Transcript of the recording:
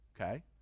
Okay